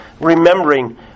remembering